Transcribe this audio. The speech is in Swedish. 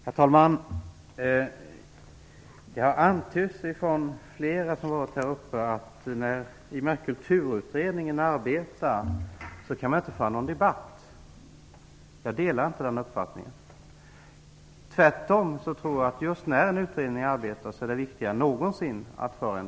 Herr talman! Det har antytts av flera att i och med att Kulturutredningen arbetar kan man inte föra någon debatt. Jag delar inte den uppfattningen. Tvärtom tror jag att det är viktigare än någonsin att göra det just när utredningen arbetar.